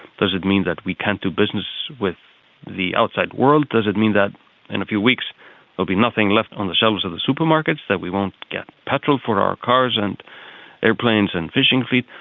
does it mean that we can't do business with the outside world, does it mean that in a few weeks there will be nothing left on the shelves of the supermarkets, that we won't get petrol for our cars and aeroplanes and fishing fleet?